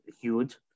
huge